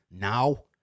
now